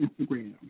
Instagram